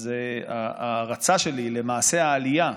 אז ההערצה שלי למעשה העלייה,